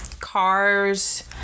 cars